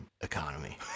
economy